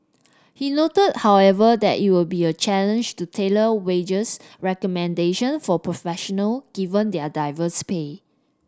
he noted however that it would be a challenge to tailor wages recommendation for professional given their diverse pay